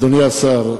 אדוני השר,